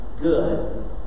good